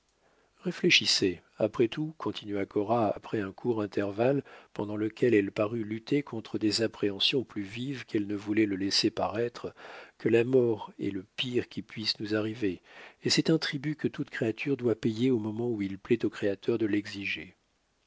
réfléchissez après tout continua cora après un court intervalle pendant lequel elle parut lutter contre des appréhensions plus vives qu'elle ne voulait le laisser paraître que la mort est le pire qui puisse nous arriver et c'est un tribut que toute créature doit payer au moment où il plaît au créateur de l'exiger